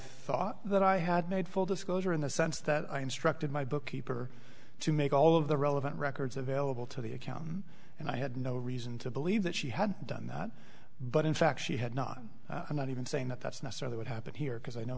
thought that i had made full disclosure in the sense that i instructed my bookkeeper to make all of the relevant records available to the account and i had no reason to believe that she had done that but in fact she had not i'm not even saying that that's necessarily what happened here because i know